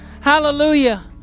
Hallelujah